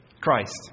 Christ